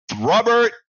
Robert